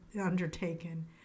undertaken